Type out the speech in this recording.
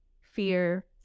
fear